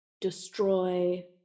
destroy